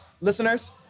listeners